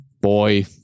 boy